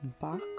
back